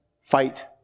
fight